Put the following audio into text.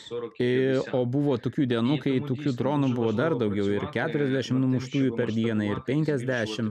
o buvo tokių dienų kai šių dronas buvo dar daugiau ir keturiasdešim numuštųjų per dieną ir penkiasdešim